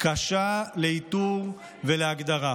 קשה לאיתור ולהגדרה,